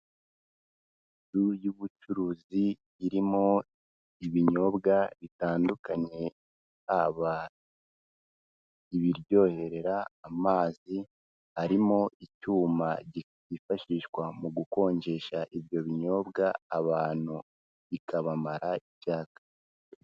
Inzu y'ubucuruzi irimo ibinyobwa bitandukanye, haba ibiryohera, amazi arimo icyuma kifashishwa mu gukonjesha ibyo binyobwa, abantu ikabamara icyaka.